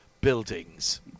buildings